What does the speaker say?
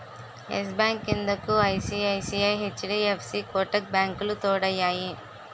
yes bank క్రిందకు ICICI, HDFC Kotak బ్యాంకులు తోడయ్యాయి